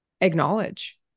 acknowledge